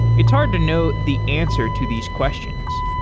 it's hard to know the answer to these questions.